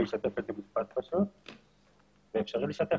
אני אשתף את --- זה אפשרי לשתף